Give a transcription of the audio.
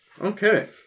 Okay